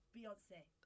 Beyonce